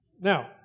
Now